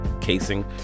casing